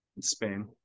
spain